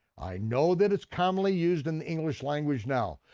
i know that it's commonly used in the english language now,